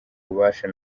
ububasha